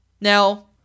Now